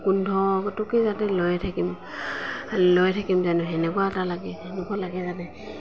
গোন্ধটোকে যাতে লৈ থাকিম লৈ থাকিম যেন সেনেকুৱা লাগে সেনেকুৱা এটা লাগে